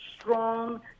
strong